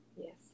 Yes